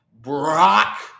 Brock